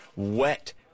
Wet